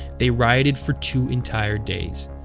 they rioted for two entire days.